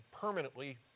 permanently